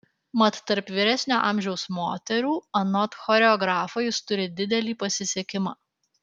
mat tarp vyresnio amžiaus moterų anot choreografo jis turi didelį pasisekimą